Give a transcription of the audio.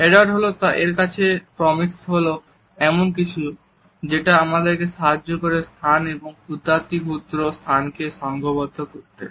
Edward Hall এর কাছে proxemics হলো এমন কিছু যেটা আমাদেরকে সাহায্য করে স্থান এবং ক্ষুদ্রাতিক্ষুদ্র স্থানকে সঙ্ঘবদ্ধ করতে